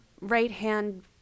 right-hand